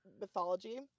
mythology